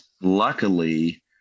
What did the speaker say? Luckily